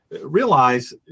realize